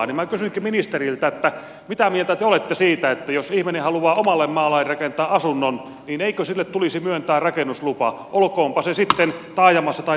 minä kysynkin ministeriltä mitä mieltä te olette siitä että jos ihminen haluaa omalle maalleen rakentaa asunnon niin eikö sille tulisi myöntää rakennuslupa olkoonpa se sitten taajamassa tai taajaman ulkopuolella